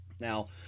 Now